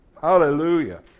Hallelujah